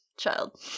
Child